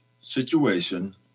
situation